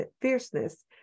fierceness